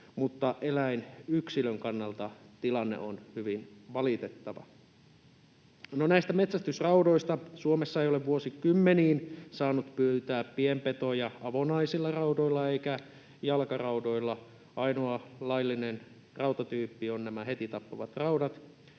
mutta eläinyksilön kannalta tilanne on hyvin valitettava. Näistä metsästysraudoista: Suomessa ei ole vuosikymmeniin saanut pyytää pienpetoja avonaisilla raudoilla eikä jalkaraudoilla. Ainoa laillinen rautatyyppi on nämä heti tappavat raudat,